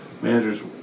managers